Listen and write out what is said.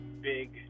big